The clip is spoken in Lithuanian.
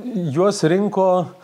juos rinko